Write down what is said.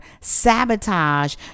sabotage